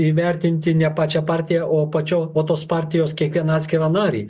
įvertinti ne pačią partiją o pačio o tos partijos kiekvieną atskirą narį